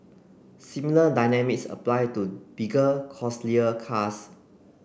similar dynamics apply to bigger costlier cars